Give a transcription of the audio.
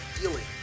dealing